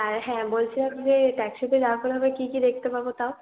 আর হ্যাঁ বলছিলাম যে ট্যাক্সিতে যাবার পর আমরা কি কি দেখতে পাবো তাও